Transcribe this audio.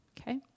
okay